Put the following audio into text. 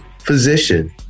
physician